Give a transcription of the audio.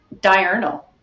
diurnal